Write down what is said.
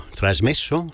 trasmesso